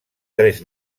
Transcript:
tres